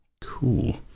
Cool